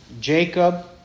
Jacob